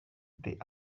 the